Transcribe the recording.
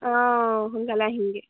অঁ সোনকালে আহিমগৈ